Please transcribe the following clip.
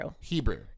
Hebrew